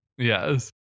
Yes